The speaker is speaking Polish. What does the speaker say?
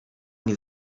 nie